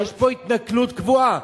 יש פה התנכלות קבועה.